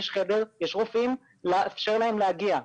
יש חדר, יש רופאים, לאפשר להם להגיע.